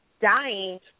dying